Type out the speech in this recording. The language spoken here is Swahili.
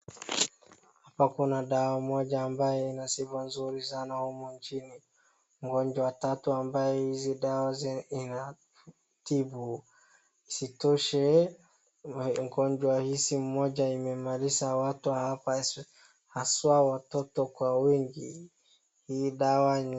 Hapa kuna dawa moja ambaye ina sifa nzuri sana humu nchini. Ugonjwa tatu ambaye hizi dawa inatibu. Isitoshe, ugonjwa moja imemaliza watu hapa haswa watoto kwa wingi, hii dawa...